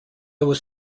was